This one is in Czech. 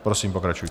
Prosím, pokračujte.